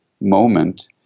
moment